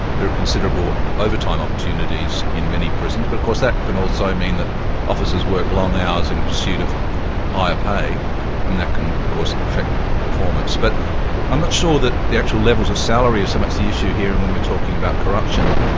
there are considerable overtime opportunities in many prisons, but of course that can also mean that officers work long hours in pursuit of higher pay and that can of course affect performance. but i'm not sure that the actual levels of salary is so much the issue here and when we're talking about corruption.